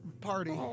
party